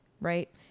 Right